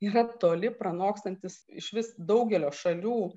yra toli pranokstantis išvis daugelio šalių